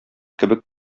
кебек